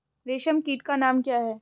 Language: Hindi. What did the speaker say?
रेशम कीट का नाम क्या है?